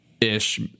ish